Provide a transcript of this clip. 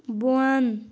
بۄن